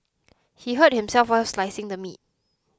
he hurt himself while slicing the meat